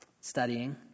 studying